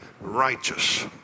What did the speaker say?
righteous